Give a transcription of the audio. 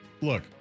look